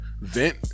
vent